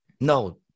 No